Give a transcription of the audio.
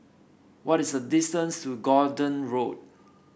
what is the distance to Gordon Road